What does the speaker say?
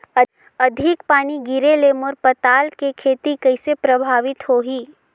अधिक पानी गिरे ले मोर पताल के खेती कइसे प्रभावित होही?